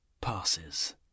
passes